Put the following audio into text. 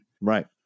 right